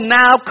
now